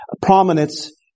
prominence